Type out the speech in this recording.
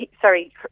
sorry